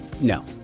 No